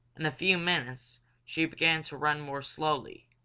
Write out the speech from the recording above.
in a few minutes she began to run more slowly,